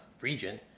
region